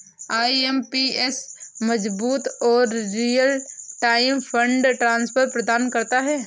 IMPS मजबूत और real time fund transfer प्रदान करता है